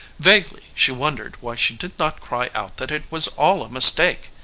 vaguely she wondered why she did not cry out that it was all a mistake.